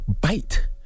bite